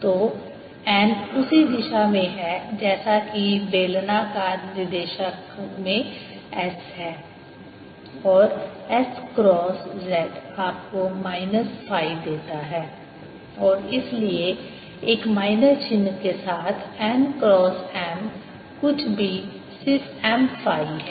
तो n उसी दिशा में है जैसा कि बेलनाकार निर्देशांक में S है और S क्रॉस z आपको माइनस फ़ाई देता है और इसलिए एक माइनस चिन्ह के साथ n क्रॉस M कुछ भी सिर्फ M फ़ाई है